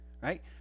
Right